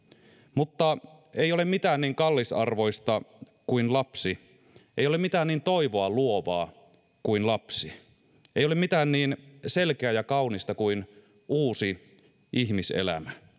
mutta ei ole mitään niin kallisarvoista kuin lapsi ei ole mitään niin toivoa luovaa kuin lapsi ei ole mitään niin selkeää ja kaunista kuin uusi ihmiselämä